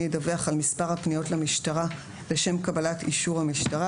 ידווח על מספר הפניות למשטרה לשם קבלת אישור המשטרה,